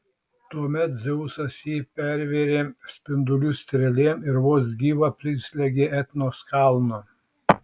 tuomet dzeusas jį pervėrė spindulių strėlėm ir vos gyvą prislėgė etnos kalnu